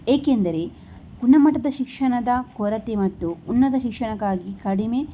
ಏಕೆಂದರೆ ಗುಣಮಟ್ಟದ ಶಿಕ್ಷಣದ ಕೊರತೆ ಮತ್ತು ಉನ್ನತ ಶಿಕ್ಷಣಕ್ಕಾಗಿ ಕಡಿಮೆ